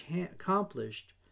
accomplished